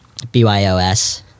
BYOS